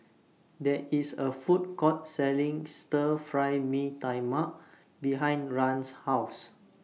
There IS A Food Court Selling Stir Fry Mee Tai Mak behind Rahn's House